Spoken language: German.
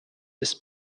ist